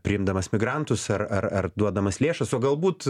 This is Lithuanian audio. priimdamas migrantus ar ar ar duodamas lėšas o galbūt